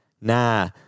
Nah